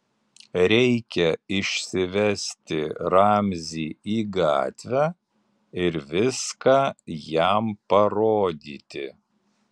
reikia išsivesti ramzį į gatvę ir viską jam parodyti